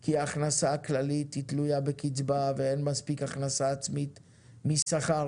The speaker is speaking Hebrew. כי ההכנסה הכללית היא תלויה בקצבה ואין מספיק הכנסה עצמית משכר,